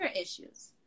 issues